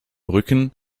rücken